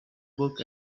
book